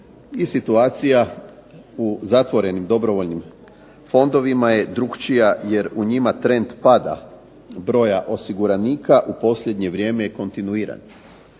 i situacija u zatvorenim dobrovoljnim fondovima je drukčija jer u njima trend pada broja osiguranika u posljednje vrijeme je kontinuiran.